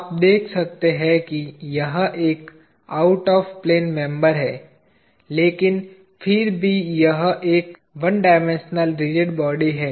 आप देख सकते हैं कि यह एक आउट ऑफ प्लेन मेंबर है लेकिन फिर भी यह एक डायमेंशनल रिजिड बॉडी है